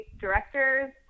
directors